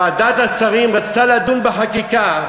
ועדת השרים רצתה לדון בחקיקה,